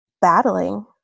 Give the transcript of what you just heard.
battling